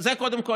קודם כול,